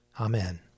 Amen